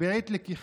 בעת לקיחתה.